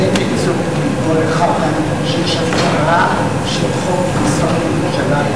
הפניתי את תשומת לבו לכך שיש הפרה של חוק-יסוד: ירושלים,